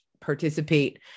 participate